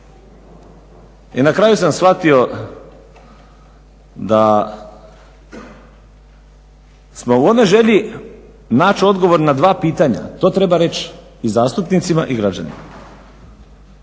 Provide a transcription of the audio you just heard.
I na kraju sam shvatio da smo u onoj želji naći odgovor na dva pitanja, to treba reći i zastupnicima i građanima,